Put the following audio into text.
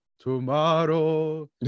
tomorrow